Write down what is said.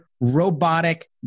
robotic